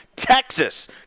texas